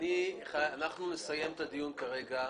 נסיים את הדיון כרגע.